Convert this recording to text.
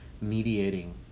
mediating